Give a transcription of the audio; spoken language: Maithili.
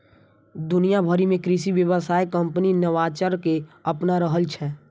दुनिया भरि मे कृषि व्यवसाय कंपनी नवाचार कें अपना रहल छै